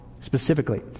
specifically